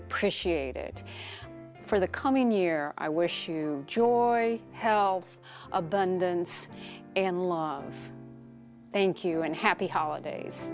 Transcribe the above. appreciate it for the coming year i wish to joy health abundance and long thank you and happy holidays